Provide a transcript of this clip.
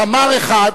"תמר 1",